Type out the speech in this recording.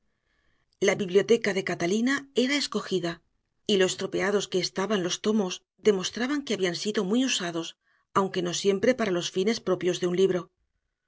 la biblioteca de catalina era escogida y lo estropeados que estaban los tomos demostraban que habían sido muy usados aunque no siempre para los fines propios de un libro